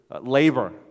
labor